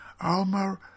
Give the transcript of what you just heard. Alma